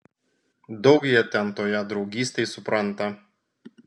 daug jie ten toje draugystėj supranta